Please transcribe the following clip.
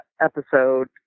episode